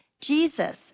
Jesus